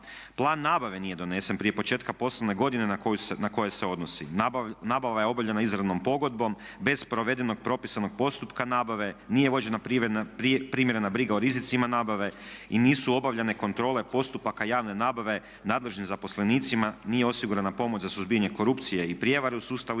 Plan nabave nije donesen prije početka poslovne godine na koju se odnosi. Nabava je obavljena izravnom pogodbom bez provedenog propisanog postupka nabave, nije vođena primjerena briga o rizicima nabave i nisu obavljene kontrole postupaka javne nabave nadležnim zaposlenicima, nije osigurana pomoć za suzbijanje korupcije i prijevare u sustavu